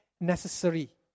necessary